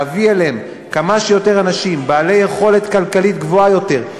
להביא אליהם כמה שיותר אנשים בעלי יכולת כלכלית גבוהה יותר,